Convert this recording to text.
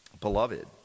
Beloved